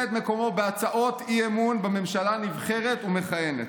את מקומו בהצעות אי-אמון בממשלה נבחרת ומכהנת.